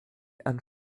and